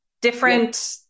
different